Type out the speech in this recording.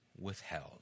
withheld